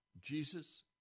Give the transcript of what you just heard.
Jesus